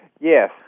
Yes